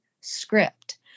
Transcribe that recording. script